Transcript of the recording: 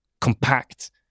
compact